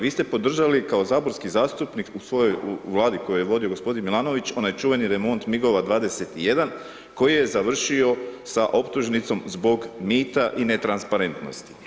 Vi ste podržali kao saborski zastupnik u svojoj Vladi koju je vodio g. Milanović, onaj čuveni remont MIG-ova 21 koji je završio sa optužnicom zbog mita i netransparentnosti.